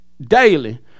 daily